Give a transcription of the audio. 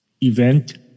event